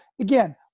again